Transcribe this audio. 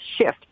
SHIFT